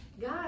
God